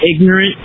ignorant